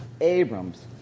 Abram's